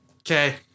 okay